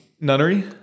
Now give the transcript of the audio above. Nunnery